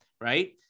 right